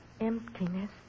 Emptiness